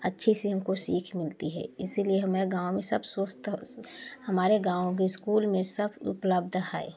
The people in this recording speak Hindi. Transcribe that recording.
अच्छी सी हमको सीख मिलती है इसीलिए हमे गाँव में सब स्वस्थ अ हमारे गाँव के स्कूल में सब उपलब्ध है